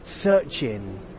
searching